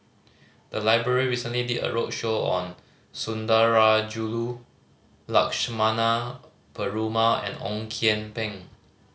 the library recently did a roadshow on Sundarajulu Lakshmana Perumal and Ong Kian Peng